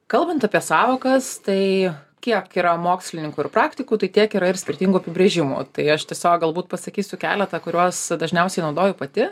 kalbant apie sąvokas tai kiek yra mokslininkų ir praktikų tai tiek yra ir skirtingų apibrėžimų tai aš tiesiog galbūt pasakysiu keletą kuriuos dažniausiai naudoju pati